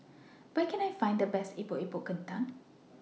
Where Can I Find The Best Epok Epok Kentang